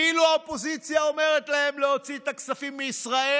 כאילו האופוזיציה אומרת להם להוציא את הכספים מישראל